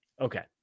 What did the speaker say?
Okay